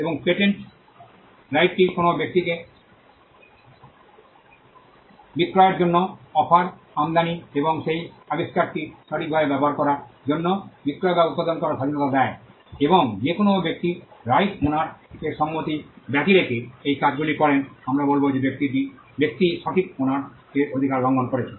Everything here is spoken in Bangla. এবং পেটেন্ট রাইটটি কোনও ব্যক্তিকে বিক্রয়ের জন্য অফার আমদানি এবং সেই আবিষ্কারটি সঠিকভাবে ব্যবহার করার জন্য বিক্রয় বা উত্পাদন করার স্বাধীনতা দেয় এবং যে কোনও ব্যক্তি রাইট ওনার এর সম্মতি ব্যতিরেকে এই কাজগুলি করেন আমরা বলব যে ব্যক্তি সঠিক ওনার এর অধিকার লঙ্ঘন করেছে